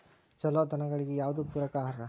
ಛಲೋ ದನಗಳಿಗೆ ಯಾವ್ದು ಪೂರಕ ಆಹಾರ?